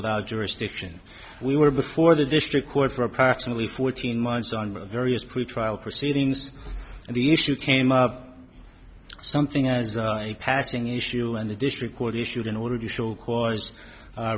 without jurisdiction we were before the district court for approximately fourteen months on various pretrial proceedings and the issue came up something as a passing issue and the district court issued an order to show ca